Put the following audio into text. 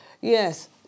Yes